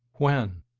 when?